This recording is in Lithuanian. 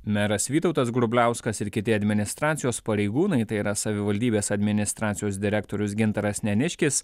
meras vytautas grubliauskas ir kiti administracijos pareigūnai tai yra savivaldybės administracijos direktorius gintaras neniškis